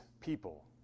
people